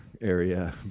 area